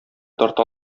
тарта